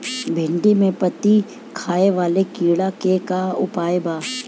भिन्डी में पत्ति खाये वाले किड़ा के का उपाय बा?